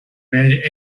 where